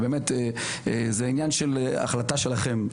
זה עניין של החלטה שלכם.